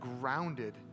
grounded